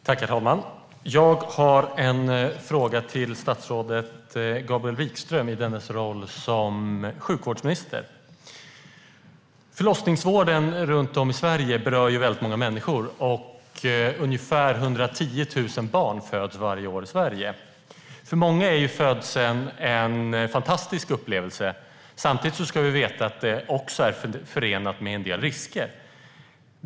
Herr talman! Jag har en fråga till statsrådet Gabriel Wikström i dennes roll som sjukvårdsminister. Förlossningsvården runt om i Sverige berör många människor. Ungefär 110 000 barn föds varje år i Sverige. För många är födseln en fantastisk upplevelse. Samtidigt ska vi veta att det också är förenat med en del risker.